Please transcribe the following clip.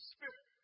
Spirit